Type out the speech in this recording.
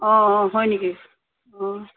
অ হয় নেকি অ